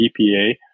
EPA